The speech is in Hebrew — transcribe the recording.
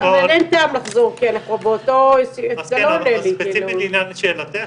אין טעם לחזור כי אנחנו באותו --- אז ספציפית לעניין שאלתך,